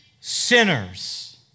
sinners